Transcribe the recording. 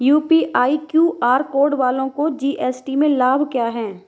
UPI QR code वालों को GST में लाभ क्या है?